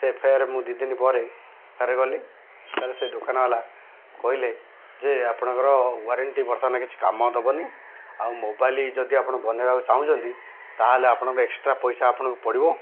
ସେ ଫେରେ ମୁଁ ଦି ଦିନି ପରେ ଫେର ଗଲି ତାହେଲେ ସେ ଦୋକାନ ବାଲା କହିଲେ ଯେ ଆପଣଙ୍କର ୱାରେଣ୍ଟି ବର୍ତ୍ତମାନ କିଛି କାମ ଦେବନି ଆଉ ମୋବାଇଲ ଯଦି ଆପଣ ବନେଇବାକୁ ଚାହୁଁଛନ୍ତି ତାହେଲେ ଆପଣଙ୍କର ଏକ୍ସଟ୍ରା ପଇସା ଆପଣଙ୍କୁ ପଡ଼ିବ